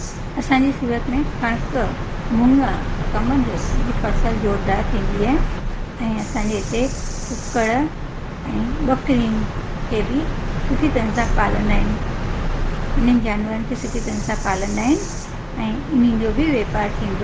असांजे सूरत में कणक मुङ कमंद जी फसल जोरदारु थींदी आहे ऐं असांजे हिते कुकड़ ऐं बकरिनि खे बि सुठी तरह सां पालंदा आहिनि ऐं इन्हनि जानवरनि खे सुठी तरह सां पालंदा आहिनि ऐं इन्हनि जो बि वापार थींदो आहे